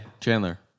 Chandler